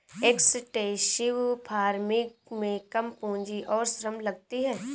extensive farming में कम पूंजी और श्रम लगती है